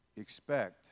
expect